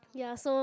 ya so